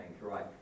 right